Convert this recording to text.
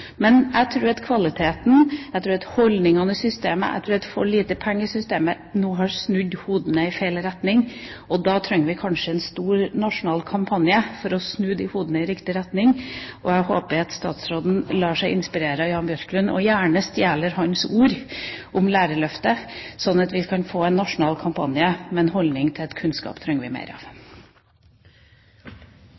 Men jeg tror at kvaliteten, jeg tror at holdningene, jeg tror at for lite penger i systemet har snudd hodene i feil retning. Da trenger vi kanskje en stor nasjonal kampanje for å snu hodene i riktig retning, og jeg håper at statsråden lar seg inspirere av Jan Björklund og gjerne stjeler hans ord om lærerløftet, sånn at vi kan få en nasjonal kampanje med en holdning om at kunnskap trenger vi mer av.